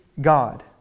God